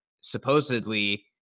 supposedly